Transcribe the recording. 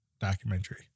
documentary